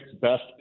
best